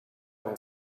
een